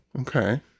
Okay